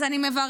אז אני מברכת.